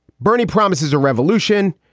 bernie promises a revolution.